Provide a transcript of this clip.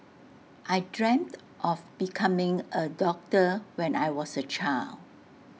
I dreamt of becoming A doctor when I was A child